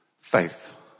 Faith